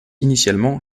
initialement